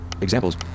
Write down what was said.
examples